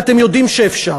ואתם יודעים שאפשר,